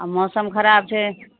आ मौसम खराब छै